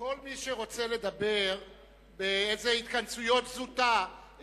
כל מי שרוצה לדבר באיזה התכנסויות זוטא,